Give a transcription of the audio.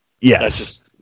Yes